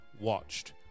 watched